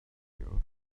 neithiwr